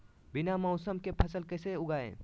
बिना मौसम के फसल कैसे उगाएं?